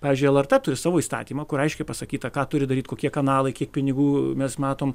pavyzdžiui lrt turi savo įstatymą kur aiškiai pasakyta ką turi daryt kokie kanalai kiek pinigų mes matom